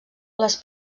les